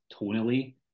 tonally